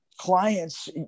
clients